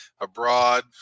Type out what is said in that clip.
abroad